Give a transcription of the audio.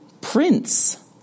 prince